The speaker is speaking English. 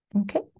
Okay